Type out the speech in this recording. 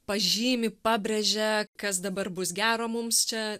pažymi pabrėžia kas dabar bus gera mums čia